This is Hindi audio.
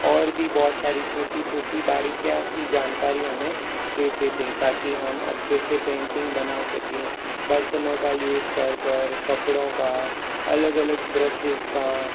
और भी बहुत सारी छोटी छोटी बारीकियों की जानकारी हमें देते थे ताकि हम अच्छे से पेंटिंग बना सकें बर्तनों का यूज़ कर कर कपड़ों का अलग अलग ब्रशेज़ का